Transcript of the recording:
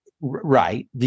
Right